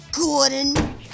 Gordon